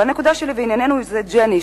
אבל הנקודה שלי לענייננו היא ג'ני,